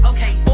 Okay